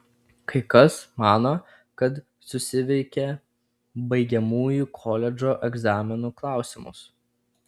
kai kas mano kad susiveikė baigiamųjų koledžo egzaminų klausimus